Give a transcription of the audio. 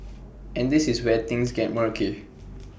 and this is where things gets murky